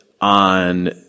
on